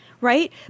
right